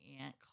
aunt